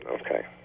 Okay